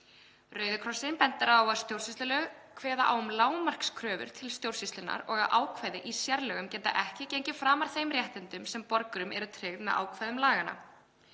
Rauði krossinn bendir á að stjórnsýslulög kveða á um lágmarkskröfur til stjórnsýslunnar og að ákvæði í sérlögum geta ekki gengið framar þeim réttindum sem borgurum eru tryggð með ákvæðum laganna.